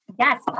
Yes